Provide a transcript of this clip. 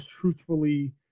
truthfully